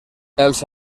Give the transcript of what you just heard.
els